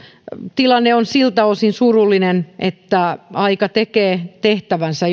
tilanne on siltä osin surullinen että aika tekee tehtävänsä